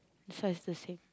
that's why is the same